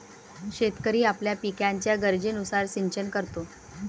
शेतकरी आपल्या पिकाच्या गरजेनुसार सिंचन करतो